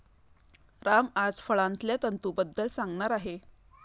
राम आज फळांतल्या तंतूंबद्दल सांगणार आहे